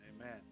Amen